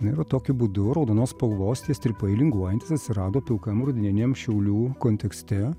na ir va tokiu būdu raudonos spalvos tie strypai linguojantys atsirado pilkam rudeniniam šiaulių kontekste